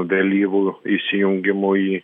vėlyvu įsijungimu į